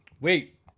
Wait